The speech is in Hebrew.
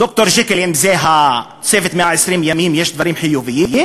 ד"ר ג'קיל זה "צוות 120 הימים", יש דברים חיוביים,